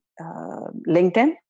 LinkedIn